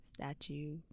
statue